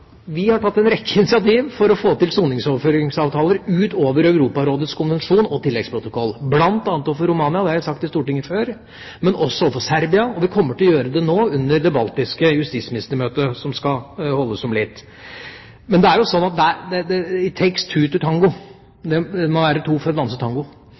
vi har tatt en rekke initiativ for å få til soningsoverføringsavtaler utover Europarådets konvensjon og tilleggsprotokoll, bl.a. overfor Romania, det har jeg sagt i Stortinget før, men også overfor Serbia, og vi kommer til å gjøre det nå under det baltiske justisministermøtet som skal holdes om litt. Men «it takes two to tango» – en må være to for å danse tango